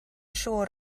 siŵr